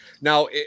Now